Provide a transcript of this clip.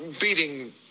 beating